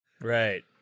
Right